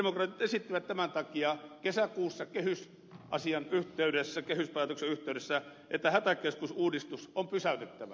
sosialidemokraatit esittivät tämän takia kesäkuussa kehysasian yhteydessä kehyspäätöksen yhteydessä että hätäkeskusuudistus on pysäytettävä